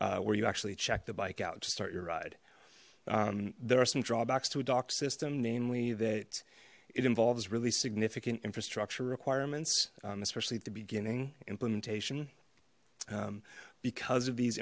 kiosk where you actually check the bike out to start your ride there are some drawbacks to a dock system namely that it involves really significant infrastructure requirements especially at the beginning implementation because of these